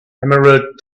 emerald